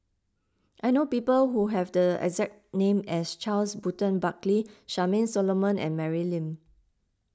I know people who have the exact name as Charles Burton Buckley Charmaine Solomon and Mary Lim